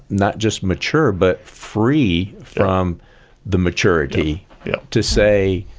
not just mature, but free from the immaturity yeah to say,